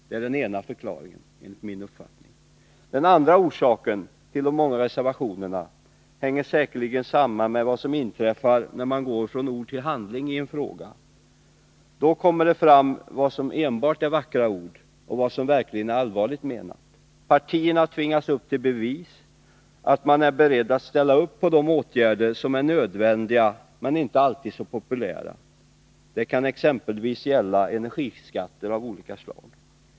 Den andra förklaringen till de många reservationerna hänger säkerligen samman med vad som inträffar när man går från ord till handling i en fråga. Då kommer det fram vad som enbart är vackra ord och vad som verkligen är allvarligt menat. Partierna tvingas bevisa att de är beredda att vidta de åtgärder som är nödvändiga — men inte alltid så populära. Det kan exempelvis gälla energiskatter av olika slag.